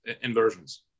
inversions